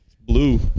blue